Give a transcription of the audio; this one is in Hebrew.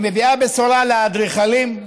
היא מביאה בשורה לאדריכלים,